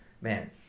man